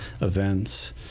events